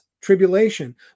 tribulation